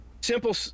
Simple